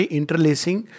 interlacing